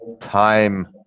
time